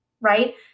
right